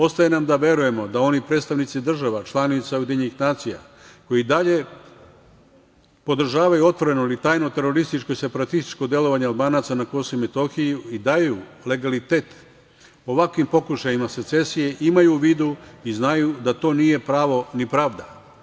Ostaje nam da verujemo da oni predstavnici država, članica UN koje i dalje podržavaju otvoreno ili tajno terorističko i separatističko delovanje Albanaca na Kosovu i Metohiji i daju legalitet ovakvim pokušajima secesije imaju u vidu i znaju da to nije pravo ni pravda.